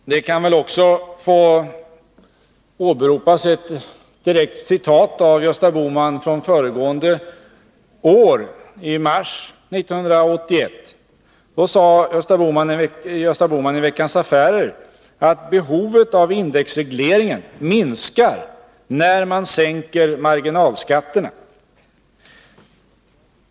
Jag kan väl också få åberopa ett direkt citat av Gösta Bohman från föregående år, från mars 1981. Då sade Gösta Bohman i Veckans Affärer, att behovet av indexregleringen minskar när man sänker marginalskatterna.